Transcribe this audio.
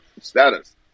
status